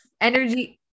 energy